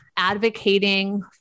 advocating